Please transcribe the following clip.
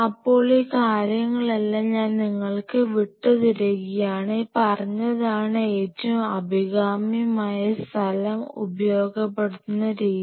അപ്പോൾ ഈ കാര്യങ്ങളെല്ലാം ഞാൻ നിങ്ങൾക്ക് വിട്ട് തരികയാണ് ഈ പറഞ്ഞതാണ് ഏറ്റവും അഭികാമ്യമായ സ്ഥലം ഉപയോഗപ്പെടുത്തുന്ന രീതി